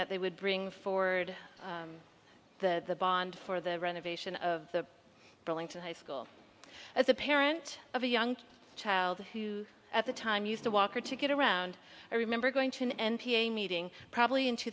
that they would bring forward the bond for the renovation of the building to high school as a parent of a young child who at the time used a walker to get around i remember going to n p a meeting probably in two